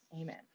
Amen